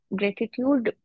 gratitude